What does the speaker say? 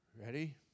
Ready